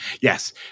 Yes